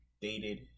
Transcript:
dated